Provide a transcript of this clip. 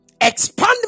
expand